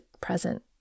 present